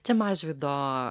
čia mažvydo